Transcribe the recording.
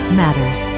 matters